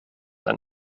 ein